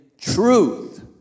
truth